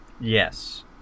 Yes